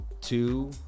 two